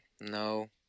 No